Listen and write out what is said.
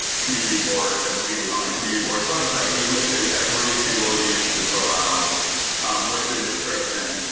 community board, i believe is on the community boards website. we listed every single use that's allowed with a description.